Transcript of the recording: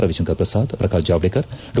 ರವಿಶಂಕರ್ ಪ್ರಸಾದ್ ಪ್ರಕಾಶ್ ಜಾವಡೇಕರ್ ಡಾ